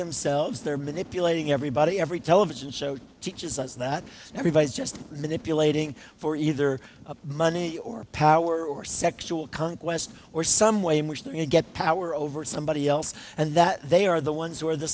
themselves they're manipulating everybody every television show teaches us that everybody is just manipulating for either money or power or sexual conquest or some way in which they can get power over somebody else and that they are the ones who are the